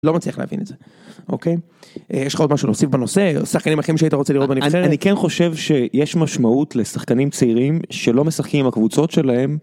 לא מצליח להבין את זה, אוקיי? יש לך עוד משהו להוסיף בנושא, או שחקנים אחרים שהיית רוצה לראות בנבחרת? אני כן חושב שיש משמעות לשחקנים צעירים שלא משחקים עם הקבוצות שלהם.